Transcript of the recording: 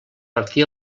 martí